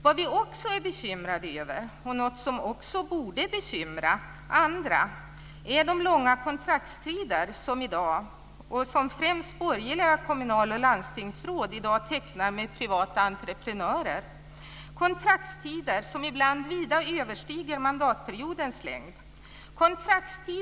Vad vi också är bekymrade över, något som också borde bekymra andra, är de långa kontraktstider som främst borgerliga kommunal och landstingsråd i dag tecknar med privata entreprenörer. Dessa kontraktstider överstiger ibland vida mandatperiodens längd.